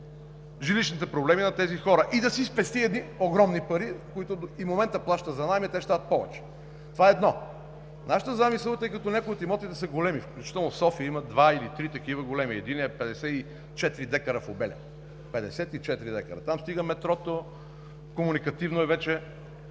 жилищните проблеми на тези хора, и да си спести огромни пари, които в момента плаща за наеми, а те ще стават повече. Това е едно. Нашият замисъл, тъй като някои от имотите са големи, включително в София има два или три такива големи – единият е 54 декара в Обеля. Петдесет и четири декара! Там стига метрото, комуникативно е вече.